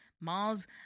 Mars